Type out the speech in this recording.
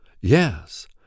Yes